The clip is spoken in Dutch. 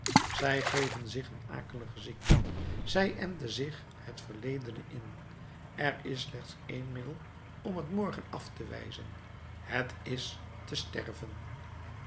zij geven zich een akelige ziekte zij enten zich het verledene in er is slechts één middel om het morgen af te wijzen het is te sterven